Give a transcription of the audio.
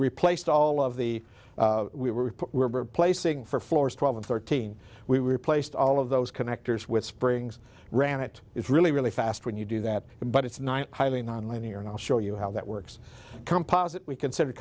replaced all of the we were replacing for floors twelve and thirteen we replaced all of those connectors with springs ran it is really really fast when you do that but it's nine highly non linear and i'll show you how that works composite we consider